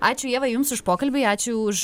ačiū ieva jums už pokalbį ačiū už